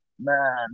Man